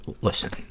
listen